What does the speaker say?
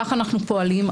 כך אנחנו פועלים.